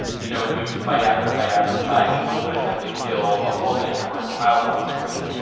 you know, lose fight after fight after fight. he wouldn't have to kill a woman or a child on screen.